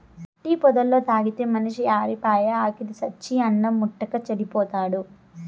tea పొద్దల్లా తాగితే మనిషి ఆరిపాయి, ఆకిలి సచ్చి అన్నిం ముట్టక చెడిపోతాడు